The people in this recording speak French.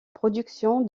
production